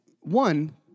One